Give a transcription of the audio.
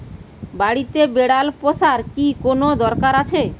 বাড়িতে বিড়াল পোষার কি কোন দরকার আছে?